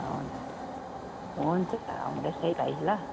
हुन्छ हुन्छ आउँदैछ है भाइ ल